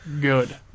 good